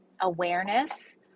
awareness